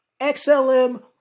XLM